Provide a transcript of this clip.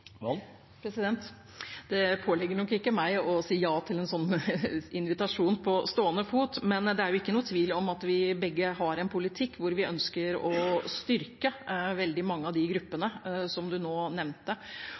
Det påligger nok ikke meg å si ja til en slik invitasjon på stående fot, men det er ingen tvil om at vi begge har en politikk hvor vi ønsker å styrke veldig mange av